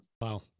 Wow